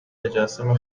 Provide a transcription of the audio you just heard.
تجسم